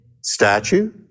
statue